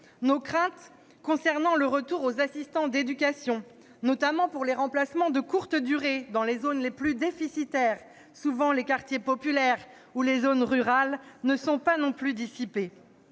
Nos craintes concernant le recours aux assistants d'éducation, notamment pour les remplacements de courtes durées, dans les zones les plus déficitaires, souvent les quartiers populaires ou les zones rurales, ne sont pas non plus dissipées.